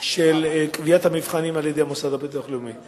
של קביעת המבחנים על-ידי המוסד לביטוח לאומי.